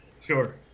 Sure